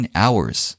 hours